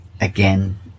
again